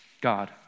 God